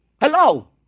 Hello